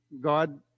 God